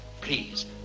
please